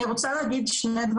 בוא תסבירו לנו מה קרה תכנונית,